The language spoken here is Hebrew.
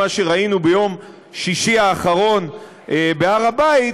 מה שראינו ביום שישי האחרון בהר הבית,